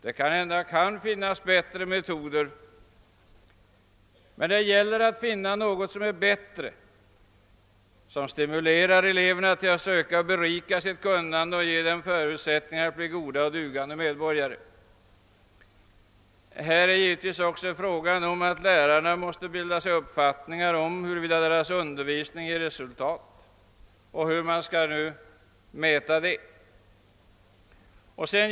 Det kanske kan finnas bättre metoder. Men då gäller det att finna något bättre, som sam tidigt stimulerar eleverna till att försöka berika sitt kunnande och som ger dem förutsättningar att bli goda och dugande medborgare. Givetvis är det samtidigt fråga om att lärarna måste bilda sig en uppfattning om huruvida deras undervisning ger resultat eller inte — och hur detta nu skall mätas.